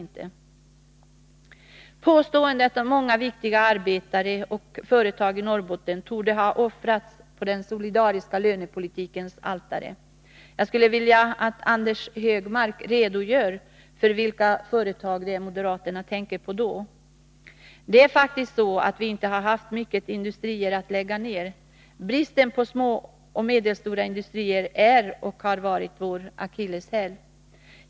När det gäller påståendet att många viktiga arbetare och företag i Norrbotten torde ha offrats på den solidariska lönepolitikens altare skulle jag vilja att Anders Högmark redogör för vilka företag det är moderaterna tänker på. Det är faktiskt så att vi inte har haft många industrier att lägga ner. Bristen på små och medelstora industrier är och har varit vår akilleshäl.